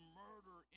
murder